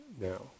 now